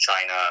China